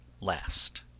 last